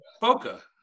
Boca